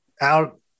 out